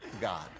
God